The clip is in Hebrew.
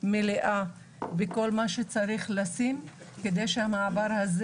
ומלאה כדי שהמעבר הזה